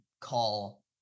call